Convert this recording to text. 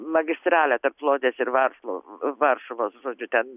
magistralę tarp lodzės ir varšuvos varšuvos žodžiu ten